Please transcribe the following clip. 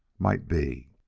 might be.